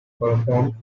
performed